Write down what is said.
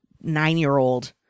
nine-year-old